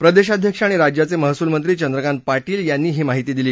प्रदेशाध्यक्ष आणि राज्याचे महसूलमंत्री चंद्रकांत पाटील यांनी ही माहिती दिली